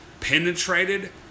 penetrated